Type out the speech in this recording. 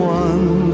one